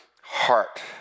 heart